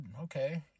Okay